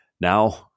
Now